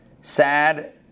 sad